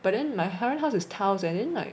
but then my current house is tiles and then like